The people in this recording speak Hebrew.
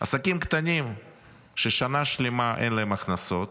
עסקים קטנים ששנה שלמה אין להם הכנסות,